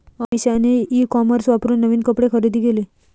अमिषाने e commerce वापरून नवीन कपडे खरेदी केले